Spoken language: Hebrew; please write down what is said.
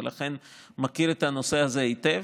ולכן אני מכיר את הנושא הזה היטב,